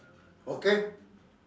okay